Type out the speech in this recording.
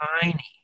Tiny